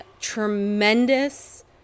tremendous